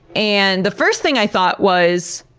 and the first thing i thought was,